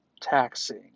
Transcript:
taxing